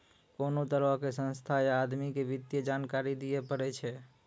कोनो तरहो के संस्था या आदमी के वित्तीय जानकारी दियै पड़ै छै